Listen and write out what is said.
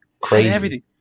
Crazy